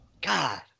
God